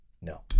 No